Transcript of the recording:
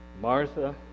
Martha